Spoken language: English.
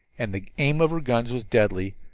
and the aim of her gunners was deadly!